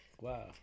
wow